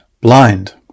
blind